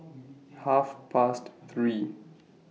Half Past three